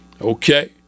Okay